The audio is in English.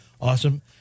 Awesome